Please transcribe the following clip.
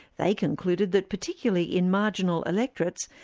they concluded that particularly in marginal electorates,